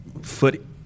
foot